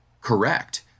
correct